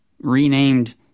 renamed